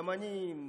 ימנים,